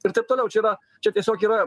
ir taip toliau čia yra čia tiesiog yra